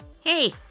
Hey